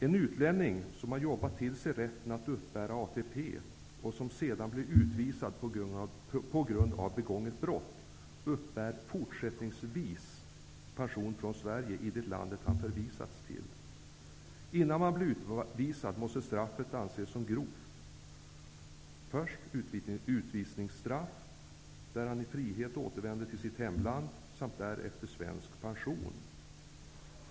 En utlänning som arbetat in rätten att uppbära ATP och som sedan blir utvisad på grund av begånget brott uppbär fortsättningsvis pension från Sverige i det land som han förvisats till. För att vederbörande skall bli utvisad måste hans brott ha varit grovt. Först får han alltså utvisningsstraff, så att han i frihet kan återvända till sitt hemland, och därefter får han svensk pension.